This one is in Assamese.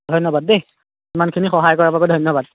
ধন্যবাদ দেই ইমানখিনি সহায় কৰাৰ বাবে ধন্যবাদ